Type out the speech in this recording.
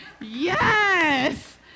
Yes